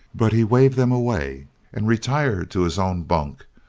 but he waved them away and retired to his own bunk.